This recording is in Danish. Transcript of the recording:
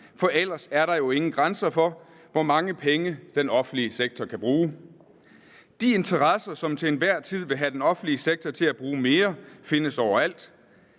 for ellers er der jo ingen grænser for, hvor mange penge den offentlige sektor kan bruge. De interesser, som til enhver tid vil have den offentlige sektor til at bruge mere, findes overalt,